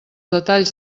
detalls